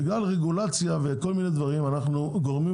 בגלל רגולציה וכל מיני דברים אנחנו גורמים